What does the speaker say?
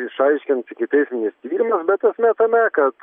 išaiškints ikiteisminis tyrimas bet esmė tame kad